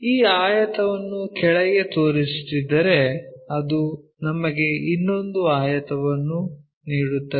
ಈ ಆಯತವನ್ನು ಕೆಳಗೆ ತೋರಿಸುತ್ತಿದ್ದರೆ ಅದು ನಮಗೆ ಇನ್ನೊಂದು ಆಯತವನ್ನು ನೀಡುತ್ತದೆ